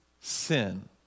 sin